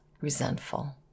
resentful